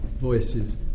voices